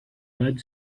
bud